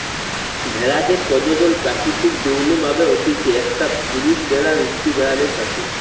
ভেড়াদের প্রজনন প্রাকৃতিক যৌন্য ভাবে হতিছে, একটা পুরুষ ভেড়ার স্ত্রী ভেড়াদের সাথে